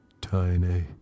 tiny